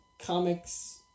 comics